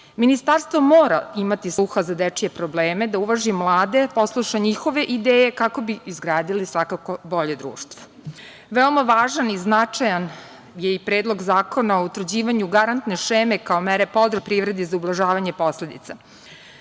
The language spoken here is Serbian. Ministarstvo mora imati sluha za dečije probleme, da uvaži mlade, posluša njihove ideje, kako bi izgradili svakako bolje društvo. Veoma važan i značajan je i Predlog zakona o utvrđivanju garantne šeme kao mere podrške privredi za ublažavanje posledica.